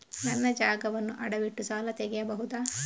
ನನ್ನ ಜಾಗವನ್ನು ಅಡವಿಟ್ಟು ಸಾಲ ತೆಗೆಯಬಹುದ?